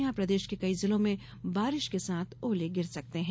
यहां प्रदेश के कई जिलों में बारिश के साथ ओले गिर सकते हैं